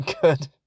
good